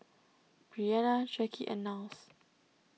Bryana Jacque and Niles